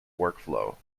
workflow